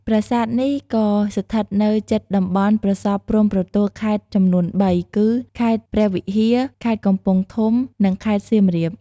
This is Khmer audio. ប្រាសាទនេះក៏ស្ថិតនៅជិតតំបន់ប្រសព្វព្រំប្រទល់ខេត្តចំនួនបីគឺ ខេត្តព្រះវិហារ ខេត្តកំពង់ធំ និងខេត្តសៀមរាប។